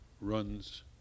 runs